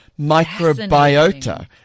microbiota